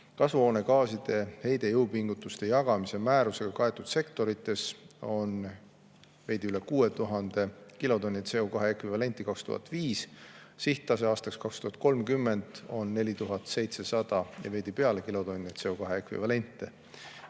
Kasvuhoonegaaside heide jõupingutuste jagamise määrusega kaetud sektorites oli veidi üle 6000 kilotonni CO2ekvivalenti aastal 2005, sihttase aastaks 2030 on 4700 ja veidi peale kilotonni CO2ekvivalenti.